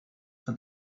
for